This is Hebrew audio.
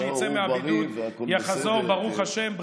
כשיצא מהבידוד הוא יחזור, ברוך השם.